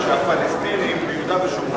כמו שעכשיו מישהו יגיד לך שהפלסטינים ביהודה ושומרון,